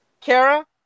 Kara